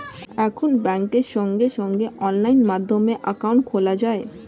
এখন ব্যাংকে সঙ্গে সঙ্গে অনলাইন মাধ্যমে অ্যাকাউন্ট খোলা যায়